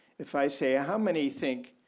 if i say ah how many think